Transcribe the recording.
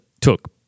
took